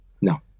no